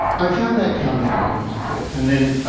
i found that comic book when i was a kid. and then, ah,